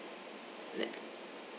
let